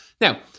Now